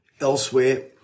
elsewhere